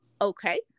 okay